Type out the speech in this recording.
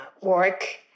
work